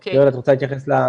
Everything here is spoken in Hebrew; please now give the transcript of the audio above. ורד, את רוצה להתייחס למערכות?